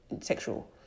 sexual